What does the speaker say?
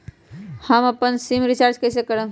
हम अपन sim recharge कइसे करम?